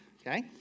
okay